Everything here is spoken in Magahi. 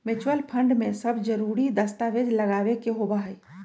म्यूचुअल फंड में सब जरूरी दस्तावेज लगावे के होबा हई